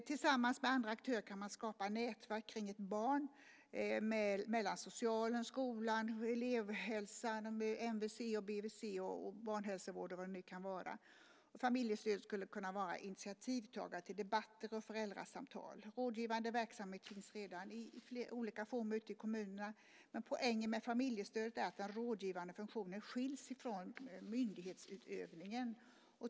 Tillsammans med andra aktörer kan man skapa nätverk kring ett barn mellan socialen, skolan, elevhälsan, MVC, BVC, barnhälsovården och så vidare. Familjestödet skulle kunna vara initiativtagare till debatter och föräldrasamtal. Rådgivande verksamhet finns redan i olika former ute i kommunerna. Men poängen med familjestödet är att den rådgivande funktionen skiljs från myndighetsutövningen.